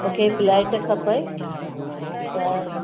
मूंखे हिकु फ़्लेट खपे त